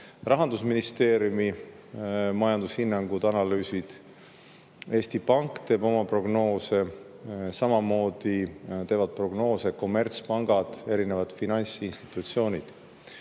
Rahandusministeeriumi majandushinnangud, analüüsid, Eesti Pank teeb oma prognoose, samamoodi teevad prognoose kommertspangad, eri finantsinstitutsioonid.